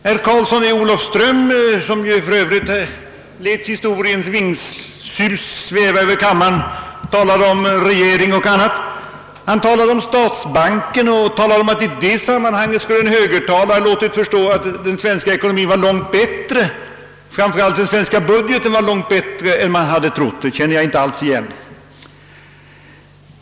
Herr Karlsson i Olofström, som för övrigt lät historiens vingslag susa över kammaren och talade om regering och riksdag, om TV diskussionen angående =<:statsbanken, nämnde därvid att en högertalare skulle ha låtit förstå att den svenska ekonomien och framför allt den svenska budgeten var långt bättre än man hade trott. Jag känner inte alls igen detta.